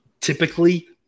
Typically